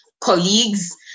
colleagues